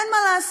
אין מה לעשות.